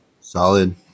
Solid